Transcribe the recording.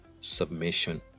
submission